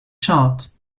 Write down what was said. shot